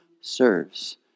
serves